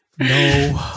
No